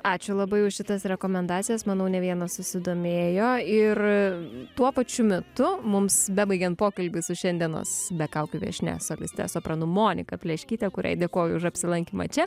ačiū labai už šitas rekomendacijas manau ne vienas susidomėjo ir tuo pačiu metu mums bebaigiant pokalbį su šiandienos be kaukių viešnia soliste sopranu monika pleškytė kuriai dėkoju už apsilankymą čia